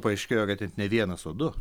paaiškėjo kad ir ne vienas o du